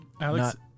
Alex